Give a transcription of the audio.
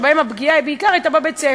שבהן הפגיעה הייתה בעיקר בבית-הספר,